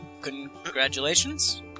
Congratulations